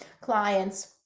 clients